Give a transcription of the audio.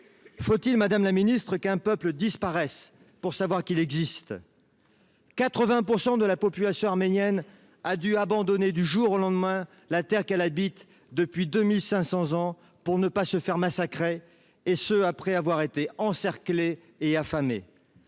droit. Madame la ministre, faut-il qu’un peuple disparaisse pour savoir qu’il existe ? Près de 80 % de la population arménienne a dû abandonner, du jour au lendemain, la terre qu’elle habite depuis 2 500 ans pour ne pas se faire massacrer, après avoir été encerclée et affamée.